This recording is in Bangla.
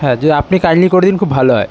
হ্যাঁ যদি আপনি কাইন্ডলি করে দেন খুব ভালো হয়